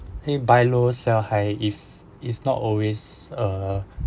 he buy low sell high if it's not always uh